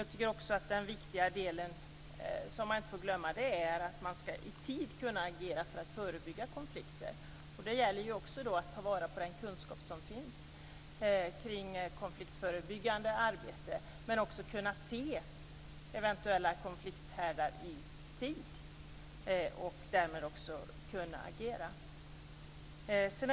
Jag tycker att detta är en viktig del som man inte får glömma - att man i tid ska kunna agera för att förebygga konflikter. Det gäller att ta vara på den kunskap som finns om konfliktförebyggande arbete, men också att kunna se eventuella konflikthärdar i tid och därmed också kunna agera.